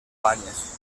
banyes